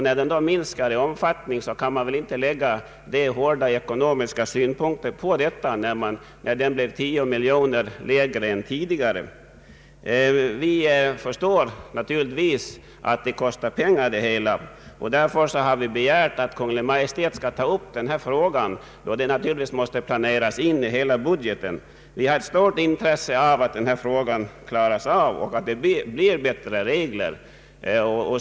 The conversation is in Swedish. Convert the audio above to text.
När den är 10 miljoner lägre än tidigare kan man inte lägga hårda ekonomiska synpunkter. Naturligtvis förstår vi att detta kostar pengar, och därför har vi begärt att Kungl. Maj:t skall ta upp frågan, då det givetvis måste planeras in i hela budgeten. Vi har ett stort intresse av att denna fråga klaras av och att det blir bättre regler.